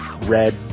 red